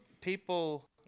people